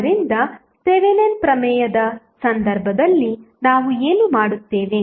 ಆದ್ದರಿಂದ ಥೆವೆನಿನ್ ಪ್ರಮೇಯದ ಸಂದರ್ಭದಲ್ಲಿ ನಾವು ಏನು ಮಾಡುತ್ತೇವೆ